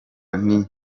n’inda